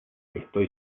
estoy